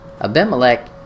Abimelech